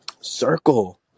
circle